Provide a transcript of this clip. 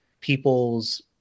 people's